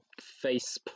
face